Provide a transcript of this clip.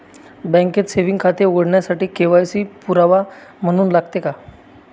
बँकेत सेविंग खाते उघडण्यासाठी के.वाय.सी पुरावा म्हणून लागते का?